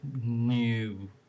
new